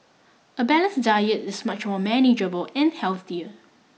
a balance diet is much more manageable and healthier